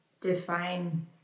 define